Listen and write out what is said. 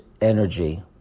energy